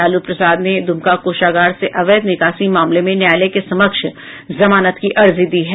लालू प्रसाद ने दुमका कोषागार से अवैध निकासी मामले में न्यायालय के समक्ष जमानत की अर्जी दी है